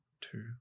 two